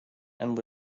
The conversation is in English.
and